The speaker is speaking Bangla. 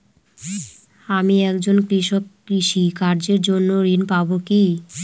আমি একজন কৃষক কৃষি কার্যের জন্য ঋণ পাব কি?